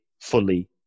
fully